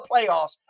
playoffs